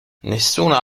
nessuna